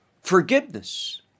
forgiveness